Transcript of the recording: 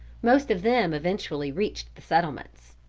most of them eventually reached the settlements.